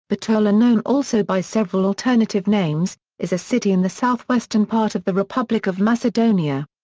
bitola known also by several alternative names is a city in the southwestern part of the republic of macedonia.